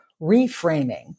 reframing